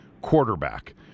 quarterback